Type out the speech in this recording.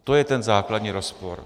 To je ten základní rozpor.